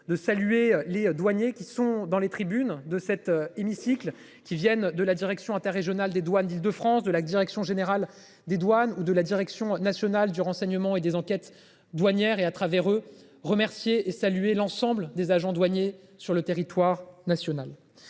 De saluer les douaniers qui sont dans les tribunes de cet hémicycle qui viennent de la direction interrégionale des douanes d'Île-de-France de la direction générale des douanes ou de la direction nationale du renseignement et des enquêtes douanières et à travers eux remercier et saluer l'ensemble des agents douaniers. Sur le territoire national.